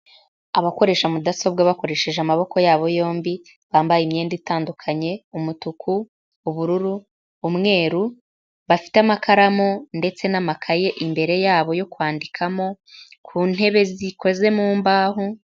Abakoresha mudasobwa bakoresheje amaboko yabo yombi, bambaye imyenda itandukanye, umutuku, ubururu, umweru, bafite amakaramu ndetse n'amakaye imbere yabo yo kwandikamo, ku ntebe zikoze mu mbaho.